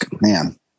Man